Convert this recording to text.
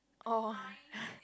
oh